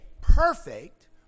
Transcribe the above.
perfect